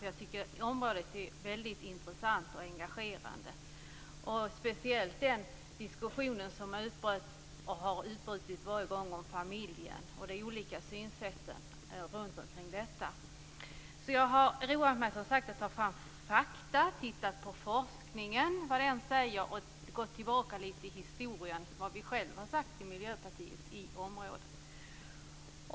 Jag tycker att området är mycket intressant och engagerande, speciellt den diskussion som har utbrutit några gånger om familjen och de olika sätten att se på den. Jag har därför roat mig med att ta fram fakta. Jag har tittat på vad forskningen säger och gått tillbaka lite i historien för att se vad vi själva i Miljöpartiet har sagt på området.